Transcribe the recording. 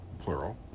plural